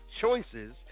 choices